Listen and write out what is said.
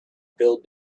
build